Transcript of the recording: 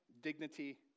dignity